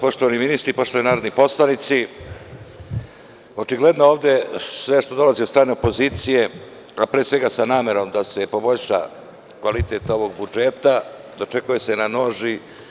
Poštovani ministri i poštovani narodni poslanici, očigledno ovde sve što dolazi od strane opozicije, a pre svega sa namerom da se poboljša kvalitet ovog budžeta, dočekuje se na nož.